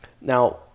Now